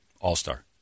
All-star